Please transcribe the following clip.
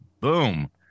Boom